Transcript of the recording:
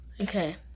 Okay